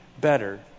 better